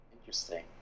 Interesting